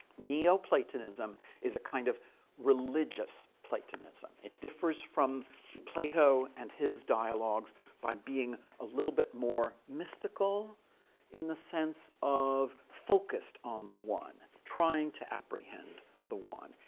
neoplatonism is a kind of religious platonism. it differs from plato and his dialogues by being a little bit more mystical in the sense of focused on the one, trying to apprehend the one,